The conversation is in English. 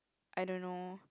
I don't know